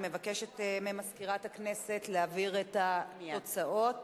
אני מבקשת ממזכירת הכנסת להעביר את התוצאות.